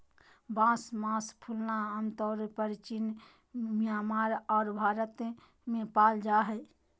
बांस मास फूलना आमतौर परचीन म्यांमार आर भारत में पाल जा हइ